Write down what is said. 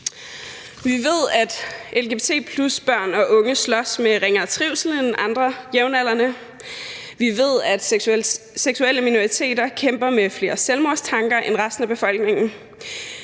Vi ved, at lgbt+-børn og -unge slås med ringere trivsel end andre jævnaldrende. Vi ved, at seksuelle minoriteter kæmper med flere selvmordstanker end resten af befolkningen.